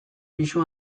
pisu